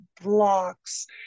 blocks